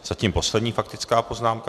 Zatím poslední faktická poznámka.